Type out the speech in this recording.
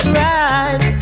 right